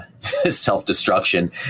self-destruction